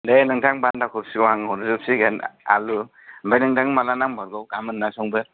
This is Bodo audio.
दे नोंथां बान्दा कफिखौ आं हरजोबसिगोन आलु ओमफ्राय नोंथानो माब्ला नांमारगौ गाबोन ना समफोर